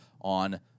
on